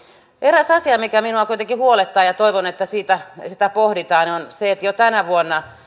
eräs asia mikä minua kuitenkin huolettaa ja ja toivon että sitä pohditaan on se että jo tänä vuonna